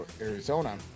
Arizona